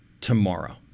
tomorrow